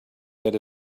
that